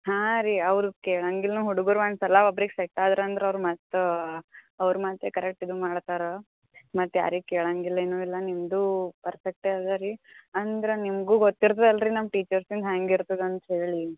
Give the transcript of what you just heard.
ಹಾಂ ರೀ ಅವರು ಕೇಳಂಗಿಲ್ಲ ಹುಡುಗರು ಒಂದು ಸಲ ಒಬ್ರಿಗೆ ಸೆಟ್ ಆದ್ರಂದ್ರೆ ಅವ್ರು ಮತ್ತೆ ಅವ್ರ ಮಾತೇ ಕರೆಕ್ಟ್ ಇದು ಮಾಡ್ತಾರೆ ಮತ್ತೆ ಯಾರಿಗೂ ಕೇಳಂಗಿಲ್ಲ ಏನೂ ಇಲ್ಲ ನಿಮ್ಮದೂ ಪರ್ಫೆಕ್ಟೇ ಅದ ರೀ ಅಂದ್ರೆ ನಿಮಗೂ ಗೊತ್ತಿರ್ತದಲ್ಲ ರೀ ನಮ್ಮ ಟೀಚರ್ಸಿಂದು ಹ್ಯಾಂಗೆ ಇರ್ತದೆ ಅಂತ ಹೇಳಿ